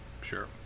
Sure